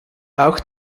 auch